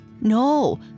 No